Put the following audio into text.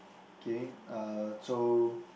okay uh so